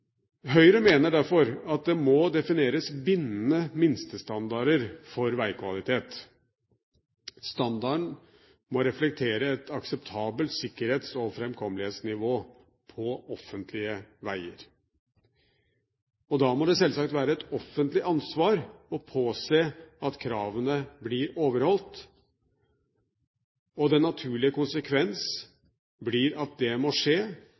Høyre mener derfor at det må defineres bindende minstestandarder for veikvalitet. Standarden må reflektere et akseptabelt sikkerhets- og framkommelighetsnivå på offentlige veier. Da må det selvsagt være et offentlig ansvar å påse at kravene blir overholdt, og den naturlige konsekvens blir at det må skje